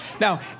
Now